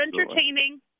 entertaining